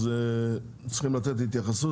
אז צריכים לתת התייחסות,